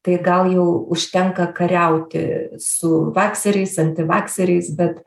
tai gal jau užtenka kariauti su vakseriais antivakseriais bet